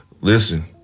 Listen